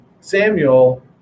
Samuel